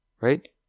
Right